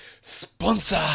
Sponsor